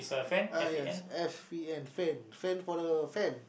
uh yes F E N Fen Fen for the Fen